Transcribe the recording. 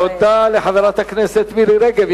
תודה לחברת הכנסת מירי רגב.